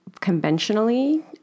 conventionally